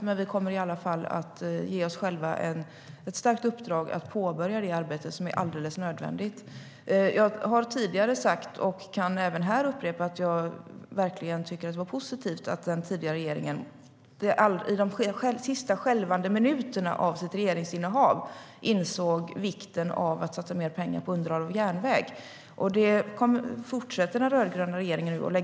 Men vi kommer att ge oss själva ett starkt uppdrag att påbörja det arbete som är alldeles nödvändigt. Jag har tidigare sagt och kan här upprepa att jag verkligen tycker att det var positivt att den tidigare regeringen - i de sista skälvande minuterna av sitt regeringsinnehav - insåg vikten av att satsa mer pengar på underhåll av järnväg. Det fortsätter den rödgröna regeringen nu att göra.